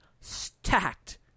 stacked